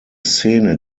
szene